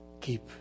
keep